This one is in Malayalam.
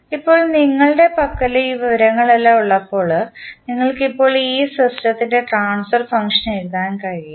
ഇപ്പോൾ നിങ്ങളുടെ പക്കൽ ഈ വിവരങ്ങളെല്ലാം ഉള്ളപ്പോൾ നിങ്ങൾക്ക് ഇപ്പോൾ ഈ സിസ്റ്റത്തിൻറെ ട്രാൻസ്ഫർ ഫംഗ്ഷൻ എഴുതാൻ കഴിയും